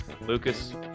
Lucas